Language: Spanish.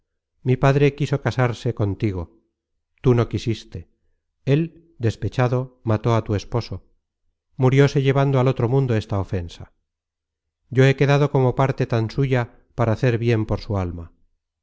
mi padre quiso casarse contigo tú no quisiste él despechado mató á t esposo murióse llevando al otro mundo esta ofensa yo he quedado como parte tan suya para hacer bien por su alma